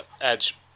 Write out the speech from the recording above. Edge